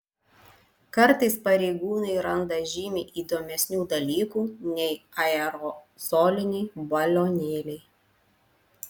kartais pareigūnai randa žymiai įdomesnių dalykų nei aerozoliniai balionėliai